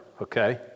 okay